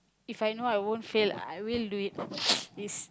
If I know I won't fail I will do it is